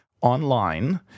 online